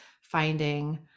finding